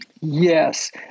Yes